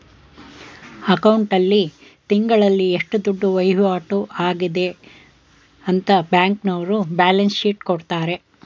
account ಆಲ್ಲಿ ತಿಂಗಳಲ್ಲಿ ಎಷ್ಟು ದುಡ್ಡು ವೈವಾಟು ಆಗದೆ ಅಂತ ಬ್ಯಾಂಕ್ನವರ್ರು ಬ್ಯಾಲನ್ಸ್ ಶೀಟ್ ಕೊಡ್ತಾರೆ